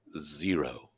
zero